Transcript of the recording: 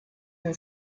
been